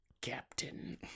Captain